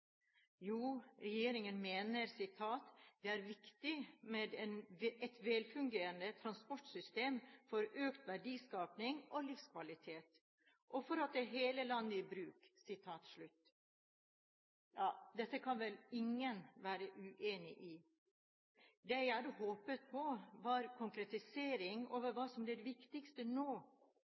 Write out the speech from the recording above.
Jo, regjeringen mener at det er viktig med et velfungerende transportsystem for økt verdiskaping og for livskvalitet og for å ta hele landet i bruk. Dette kan vel ingen være uenig i. Det jeg hadde håpet på, var en konkretisering av hva som er det viktigste nå.